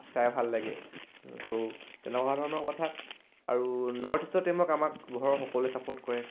চাই ভাল লাগে চ' তেনেকুৱা ধৰণৰ কথা আৰু নৰ্থ ইষ্টৰ টীমক আমাক ঘৰৰ সকলোৱে ছাপৰ্ট কৰে